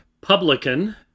Publican